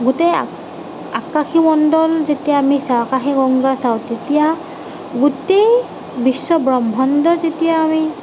গোটেই আকাশীমণ্ডল যেতিয়া আমি চাওঁ আকাশী গংগা চাওঁ তেতিয়া গোটেই বিশ্ব ব্ৰহ্মাণ্ড যেতিয়া আমি